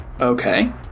Okay